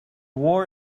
war